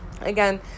Again